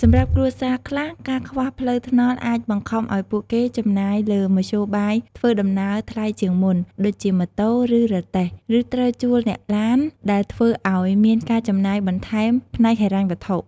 សម្រាប់គ្រួសារខ្លះ ការខ្វះផ្លូវថ្នល់អាចបង្ខំឱ្យពួកគេចំណាយលើមធ្យោបាយធ្វើដំណើរថ្លៃជាងមុន (ដូចជាម៉ូតូ ឬរទេះ) ឬត្រូវជួលអ្នកឡាន ដែលធ្វើអោយមានការចំណាយបន្ថែមផ្នែកហិរញ្ញវត្ថុ។